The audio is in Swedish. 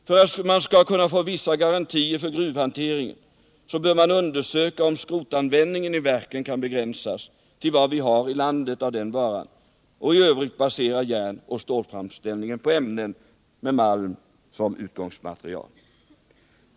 För att man skall kunna få vissa garantier för gruvhanteringen bör man undersöka om skrotanvändningen i verken kan begränsas till vad vi har i landet av den varan, och i övrigt basera järnoch stålframställningen på ämnen med malm som utgångsmaterial.